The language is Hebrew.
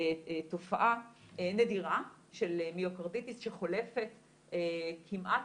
תופעת נדירה של מיוקרדיטיס שחולפת כמעט